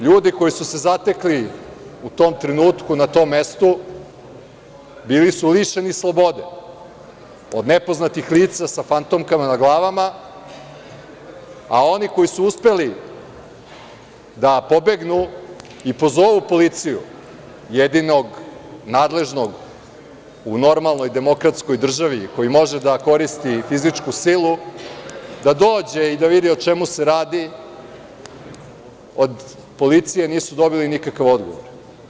LJudi koji su se zatekli u tom trenutku na tom mestu bili su lišeni slobode od nepoznatih lica sa fantomkama na glavama, a oni koji su uspeli da pobegnu i pozovu policiju, jedinog nadležnog u normalnoj demokratskoj državi koji može da koristi fizičku silu da dođe i da vidi o čemu se radi, od policije nisu dobili nikakav odgovor.